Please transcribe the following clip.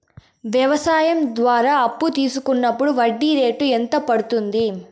వ్యవసాయం ద్వారా అప్పు తీసుకున్నప్పుడు వడ్డీ రేటు ఎంత పడ్తుంది